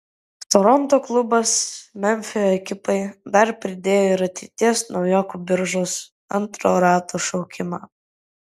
toronto klubas memfio ekipai dar pridėjo ir ateities naujokų biržos antro rato šaukimą